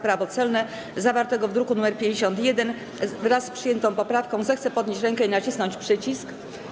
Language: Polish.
Prawo celne, zawartego w druku nr 51, wraz z przyjętą poprawką, zechce podnieść rękę i nacisnąć przycisk.